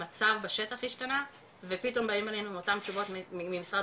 המצב בשטח השתנה ופתאום באים אלינו עם אותן תשובות ממשרד